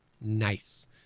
nice